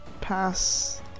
pass